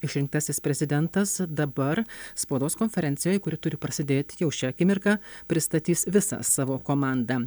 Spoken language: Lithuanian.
išrinktasis prezidentas dabar spaudos konferencijoj kuri turi prasidėti jau šią akimirką pristatys visą savo komandą